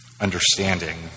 understanding